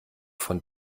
von